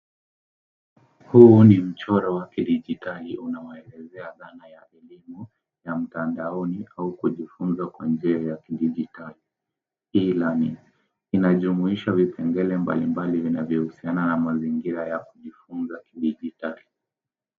Huu ni mchoro wa kidijitali unaoelezea dhana ya elimu ya mtandaoni au kujifunza kwa njia ya kidijitali; E-Learning . Inajumuisha vipengele mbalimbali vinavyohusiana na mazingira ya kujifunza kidijitali.